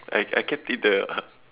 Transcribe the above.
I I kept it there ah